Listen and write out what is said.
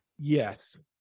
Yes